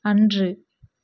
அன்று